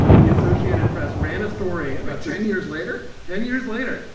the associated press ran a story about ten years later, ten years later,